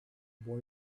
boy